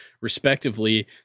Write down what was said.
respectively